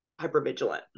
hypervigilant